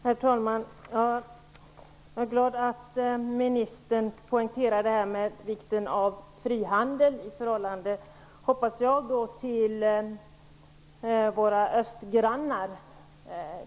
Herr talman! Jag är glad att ministern, som jag uppfattade det, poängterade vikten av frihandel i förhållande till våra östgrannar.